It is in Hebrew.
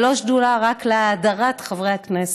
ולא שדולה רק להאדרת חברי הכנסת.